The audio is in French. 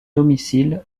domicile